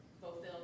fulfilled